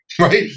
Right